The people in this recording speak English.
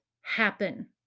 happen